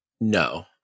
No